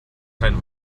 kein